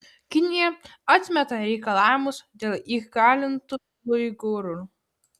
kinija atmeta reikalavimus dėl įkalintų uigūrų